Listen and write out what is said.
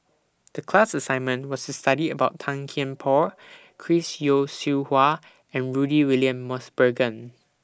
The class assignment was The study about Tan Kian Por Chris Yeo Siew Hua and Rudy William Mosbergen